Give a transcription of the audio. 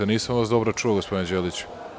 Nisam vas dobro čuo, gospodine Đeliću.